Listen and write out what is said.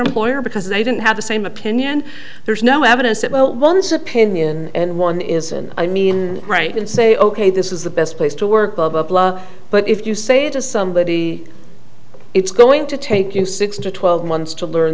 employer because they don't have the same opinion there's no evidence that well once opinion and one is and i mean right and say ok this is the best place to work of up law but if you say to somebody it's going to take you six to twelve months to learn